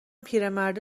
پیرمرده